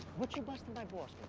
what you bustin' my balls